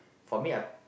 for me I